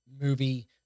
movie